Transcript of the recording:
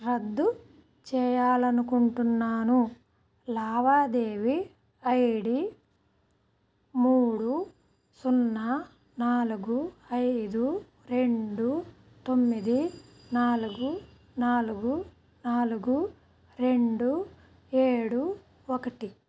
రద్దు చేయాలి అనుకుంటున్నాను లావాదేవీ ఐ డి మూడు సున్నా నాలుగు ఐదు రెండు తొమ్మిది నాలుగు నాలుగు నాలుగు రెండు ఏడు ఒకటి